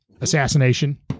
assassination